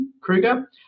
Kruger